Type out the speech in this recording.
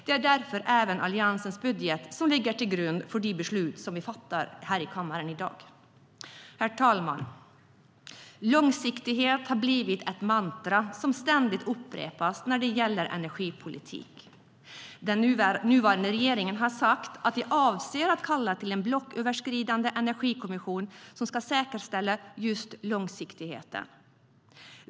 Det är därför Alliansens budget som även ligger till grund för de beslut som vi fattar här i kammaren i dag. Den nuvarande regeringen har sagt att de avser att kalla till samtal i en blocköverskridande energikommission som ska säkerställa just långsiktigheten.